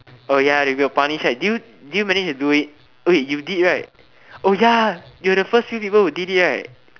oh ya they will punish right wait did you did you managed to do it okay you did right oh ya you were the first few people who did it right